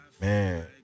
man